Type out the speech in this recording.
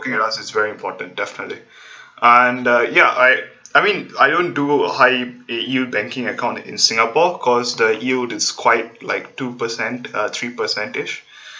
working adults it's very important definitely and uh ya I I mean I don't do a high yield banking account in singapore cause the yield it's quite like two percent uh three percent-ish